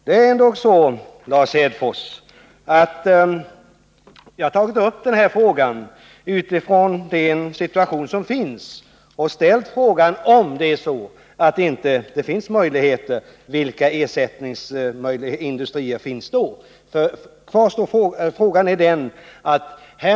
Det är så, Lars Hedfors, att jag har tagit upp den här frågan utifrån den situation som finns, och jag har ställt frågan: Om det inte finns sysselsättningsmöjligheter vid de nedläggningshotade företagen, vilka ersättningsin dustrier finns det då?